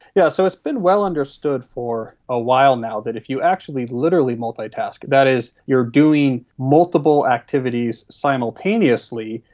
yeah so it has been well understood for a while now that if you actually literally multitask, that is you are doing multiple activities simultaneously,